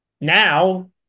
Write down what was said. Now